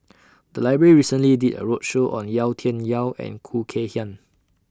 The Library recently did A roadshow on Yau Tian Yau and Khoo Kay Hian